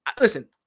Listen